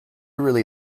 really